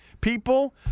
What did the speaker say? people